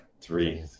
Three